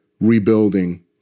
rebuilding